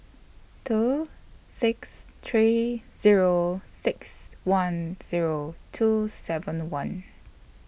two six three Zero six one Zero two seven one